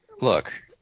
Look